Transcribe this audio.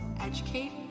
educate